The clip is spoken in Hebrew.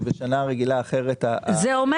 שבשנה רגילה אפשר להגיש --- זה אומר